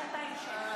פשוט בושה וחרפה.